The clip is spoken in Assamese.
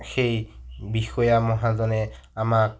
সেই বিষয়া মহাজনে আমাক